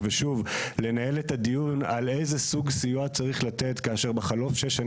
כפי שאמר נציג המשרד - זה מבחינתנו דבר שלא ניתן לקבלו.